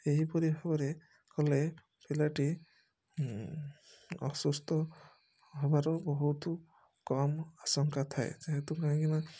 ଏହିପରି ଭାବରେ କଲେ ପିଲାଟି ଅସୁସ୍ଥ ହବାର ବହୁତ୍ କମ୍ ଆଶଙ୍କା ଥାଏ ଯେହେତୁ କାହିଁକିନା